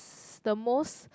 ~s the most